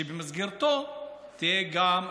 שבמסגרתו תהיה גם,